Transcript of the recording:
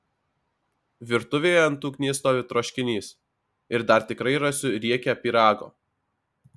virtuvėje ant ugnies stovi troškinys ir dar tikrai rasiu riekę pyrago